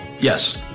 Yes